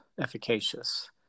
efficacious